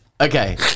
Okay